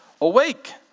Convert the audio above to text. awake